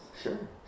Sure